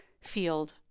field